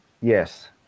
yes